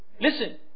listen